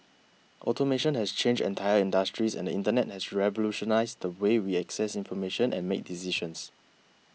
automation has changed entire industries and the Internet has revolutionised the way we access information and make decisions